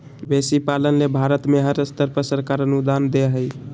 मवेशी पालन ले भारत में हर स्तर पर सरकार अनुदान दे हई